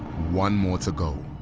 one more to go.